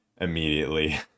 immediately